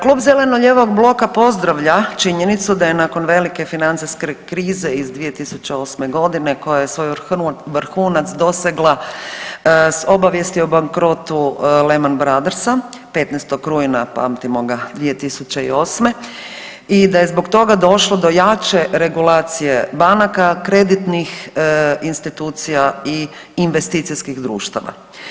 Klub zeleno-lijevog bloka pozdravlja činjenicu da je nakon velike financijske krize iz 2008. koja je svoj vrhunac dosegla s obavijesti o bankrotu Lehman brothersa 15. rujna, pamtimo ga, 2008. i da je zbog toga došlo do jače regulacije banaka, kreditnih institucija i investicijskih društava.